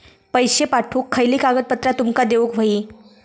पैशे पाठवुक खयली कागदपत्रा तुमका देऊक व्हयी?